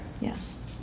Yes